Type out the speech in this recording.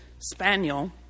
spaniel